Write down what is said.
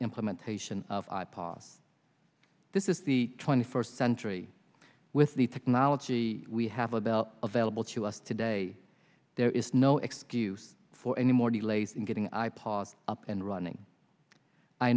implementation of i pods this is the twenty first century with the technology we have a bell available to us today there is no excuse for any more delays in getting i pod up and running i